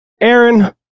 Aaron